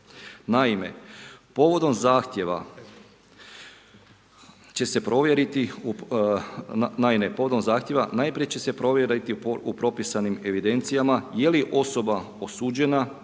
naime povodom zahtjeva najprije će se provjeriti u propisanim evidencijama je li osoba osuđena